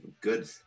good